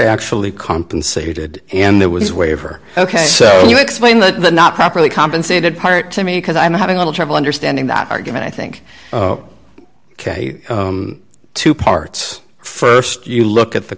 actually compensated and there was waiver ok so you explain the the not properly compensated part to me because i'm having a little trouble understanding that argument i think ok two parts st you look at the